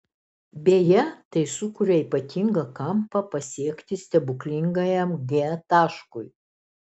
beje tai sukuria ypatingą kampą pasiekti stebuklingajam g taškui